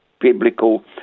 biblical